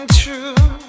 true